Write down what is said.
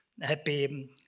happy